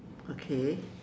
okay